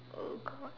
oh god